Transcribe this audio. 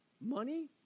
money